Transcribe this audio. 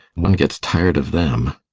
one gets tired of them.